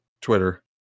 Twitter